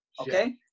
Okay